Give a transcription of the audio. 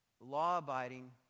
law-abiding